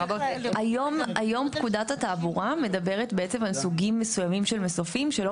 היום פקודת התעבורה מדברת בעצם על סוגים מסוימים של מסופים שלא